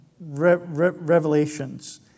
revelations